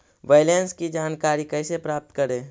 Balance की जानकारी कैसे प्राप्त करे?